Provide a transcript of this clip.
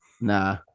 Nah